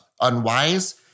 unwise